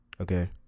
Okay